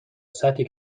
سطحی